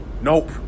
Nope